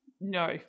No